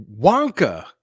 Wonka